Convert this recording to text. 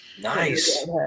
nice